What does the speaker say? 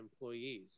employees